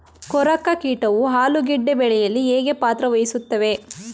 ಕೊರಕ ಕೀಟವು ಆಲೂಗೆಡ್ಡೆ ಬೆಳೆಯಲ್ಲಿ ಹೇಗೆ ಪಾತ್ರ ವಹಿಸುತ್ತವೆ?